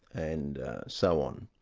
and so on.